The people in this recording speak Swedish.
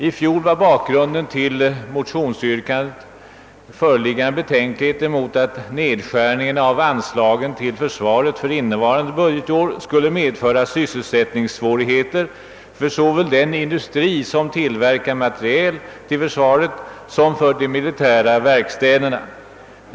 I fjol var bakgrunden till motionsyrkandet föreliggande betänkligheter mot att nedskärningen av anslagen till försvaret för innevarande budgetår skulle medföra sysselsättningssvårigheter för såväl den industri som tillverkar materiel till försvaret som de militära verkstäderna.